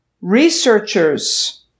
researchers